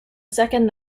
second